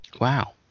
Wow